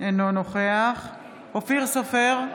בעד אופיר סופר,